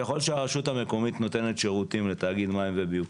ככל שהרשות המקומית נותנת שירותים לתאגיד מים וביוב,